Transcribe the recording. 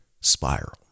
spiral